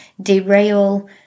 derail